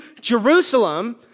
Jerusalem